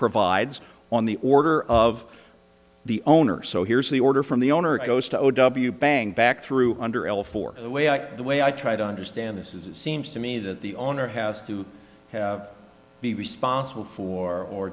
provides on the order of the owner so here's the order from the owner goes to o w bang back through under l for the way i act the way i try to understand this is it seems to me that the owner has to have be responsible for or